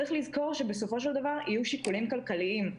צריך לזכור שבסופו של דבר יהיו שיקולים כלכליים.